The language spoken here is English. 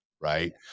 Right